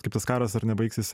kaip tas karas ar ne baigsis